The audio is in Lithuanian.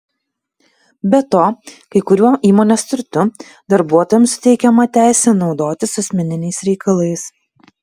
be to kai kuriuo įmonės turtu darbuotojams suteikiama teisė naudotis asmeniniais reikalais